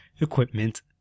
equipment